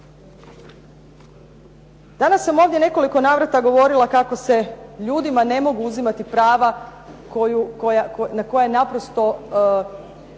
Danas sam ovdje u nekoliko navrata govorila kako se ljudima ne mogu uzimati prava na koja naprosto